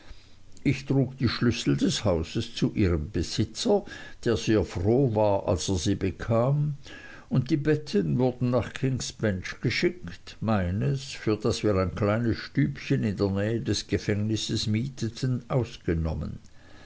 ich trug die schlüssel des hauses zu ihrem besitzer der sehr froh war als er sie bekam und die betten wurden nach kings bench geschickt meines für das wir ein kleines stübchen in der nähe des gefängnisses mieteten ausgenommen